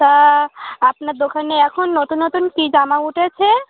তা আপনার দোকানে এখন নতুন নতুন কী জামা উঠেছে